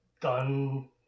done